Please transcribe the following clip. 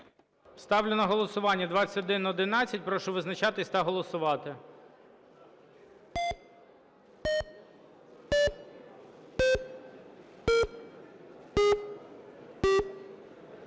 Ставлю на голосування 2111. Прошу визначатись та голосувати.